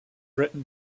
written